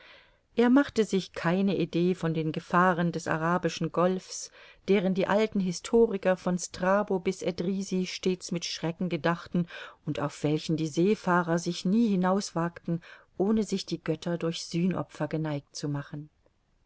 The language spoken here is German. er machte sich keine idee von den gefahren des arabischen golfs deren die alten historiker von strabo bis edrisi stets mit schrecken gedachten und auf welchen die seefahrer sich nie hinauswagten ohne sich die götter durch sühnopfer geneigt zu machen